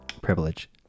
privilege